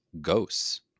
ghosts